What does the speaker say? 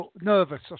nervous